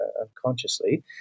unconsciously